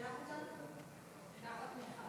ההצעה להעביר את הצעת חוק הסכמים לנשיאת